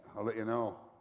i'll let you know.